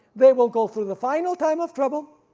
they will go through the final time of trouble,